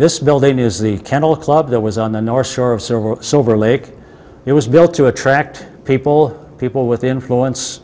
this building is the kennel club that was on the north shore of silver silver lake it was built to attract people people with influence